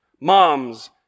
Moms